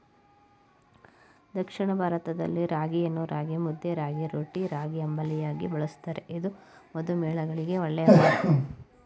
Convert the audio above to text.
ದಕ್ಷಿಣ ಭಾರತದಲ್ಲಿ ರಾಗಿಯನ್ನು ರಾಗಿಮುದ್ದೆ, ರಾಗಿರೊಟ್ಟಿ, ರಾಗಿಅಂಬಲಿಯಾಗಿ ಬಳ್ಸತ್ತರೆ ಇದು ಮಧುಮೇಹಿಗಳಿಗೆ ಒಳ್ಳೆ ಆಹಾರ